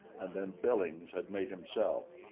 and then billings had made himself.